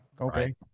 okay